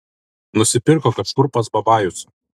nusipirko kažkur pas babajus